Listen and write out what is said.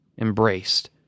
embraced